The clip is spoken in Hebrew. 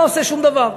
זה לא עושה שום דבר.